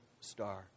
star